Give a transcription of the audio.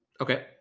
Okay